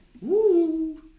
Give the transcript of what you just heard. Woo